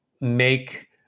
make